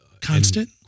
Constant